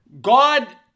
God